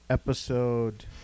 episode